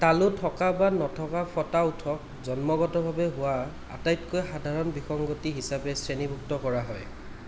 তালু থকা বা নথকা ফটা ওঁঠক জন্মগতভাৱে হোৱা আটাইতকৈ সাধাৰণ বিসংগতি হিচাপে শ্ৰেণীভুক্ত কৰা হয়